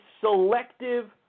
selective